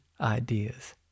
ideas